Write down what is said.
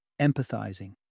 Empathizing